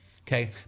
Okay